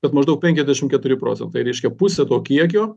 bet maždaug penkiasdešim keturi procentai reiškia pusę to kiekio